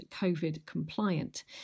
COVID-compliant